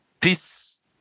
peace